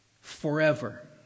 Forever